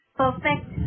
perfect